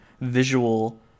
visual